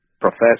professor